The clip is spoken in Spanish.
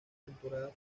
temporada